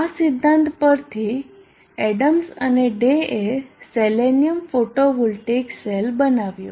આ સિદ્ધાંત પરથી એડમ્સન અને ડે એ સેલેનિયમ ફોટોવોલ્ટેઇક સેલ બનાવ્યો